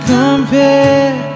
compare